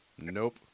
Nope